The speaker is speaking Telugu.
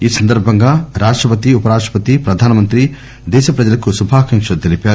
ఈ సందర్బంగా రాష్టపతి ఉపరాష్టపతి ప్రధానమంత్రి దేశప్రజలకు శుభాకాంకలు తెలిపారు